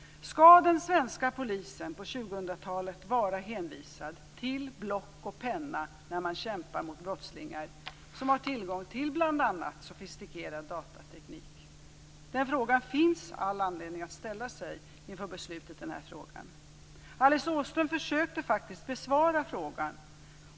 Skall den svenska polisen på 2000-talet vara hänvisad till block och penna, när den kämpar mot brottslingar som har tillgång till bl.a. sofistikerad datateknik? Den frågan finns det all anledning att ställa sig inför beslutet. Alice Åström försökte faktiskt att besvara frågan.